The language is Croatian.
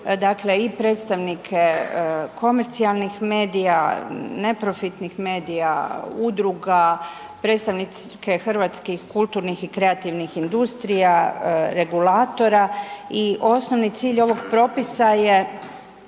Dakle i predstavnike komercijalnih medija, neprofitnih medija, udruga, predstavnike hrvatskih kulturnih i kreativnih industrija, reguliratora. I osnovni cilj ovog propisa je